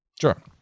Sure